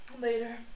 Later